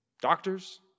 Doctors